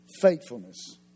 Faithfulness